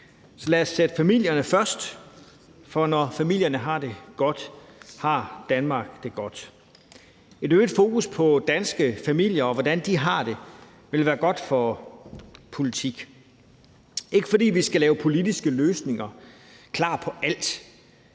Lad os sætte familierne først, for når familierne har det godt, har Danmark det godt. Et øget fokus på danske familier og på, hvordan de har det, vil være godt for politik. Det er ikke, fordi vi skal have politiske løsninger på alt